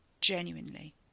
Genuinely